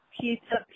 pizza